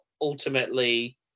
ultimately